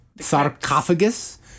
Sarcophagus